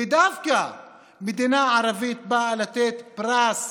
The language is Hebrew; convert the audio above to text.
ודווקא מדינה ערבית באה לתת פרס